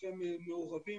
כולכם מעורבים,